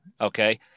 okay